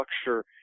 structure